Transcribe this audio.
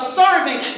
serving